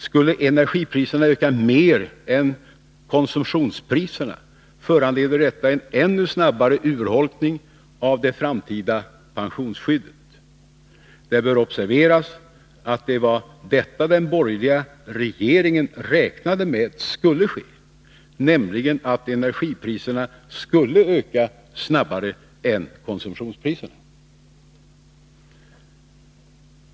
Skulle energipriserna öka mer än konsumtionspriserna föranleder det en ännu snabbare urholkning av det framtida pensionsskyddet. Det bör observeras att det var detta den borgerliga regeringen räknade med skulle ske, nämligen att energipriserna skulle öka snabbare än konsumtionspriserna.